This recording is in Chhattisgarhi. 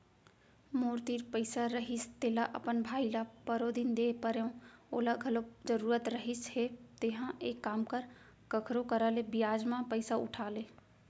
मोर तीर पइसा रहिस तेला अपन भाई ल परोदिन दे परेव ओला घलौ जरूरत रहिस हे तेंहा एक काम कर कखरो करा ले बियाज म पइसा उठा ले